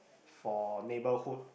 for neighborhood